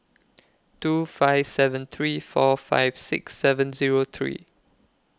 two five seven three four five six seven Zero three